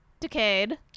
decayed